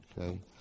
Okay